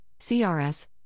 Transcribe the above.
CRS